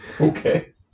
Okay